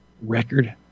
record